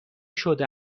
شده